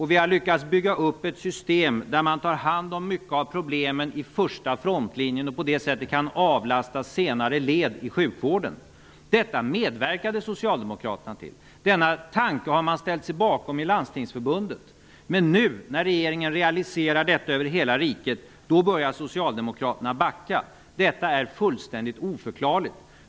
Vi har lyckats bygga upp ett system där man tar hand om många av problemen i första frontlinjen. På det sättet kan man avlasta senare led i sjukvården. Socialdemokraterna medverkade till detta. I Landstingsförbundet ställde de sig bakom den här tanken. Men nu, när regeringen realiserar detta över hela riket, börjar Socialdemokraterna backa. Detta är fullständigt oförklarligt.